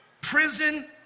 prison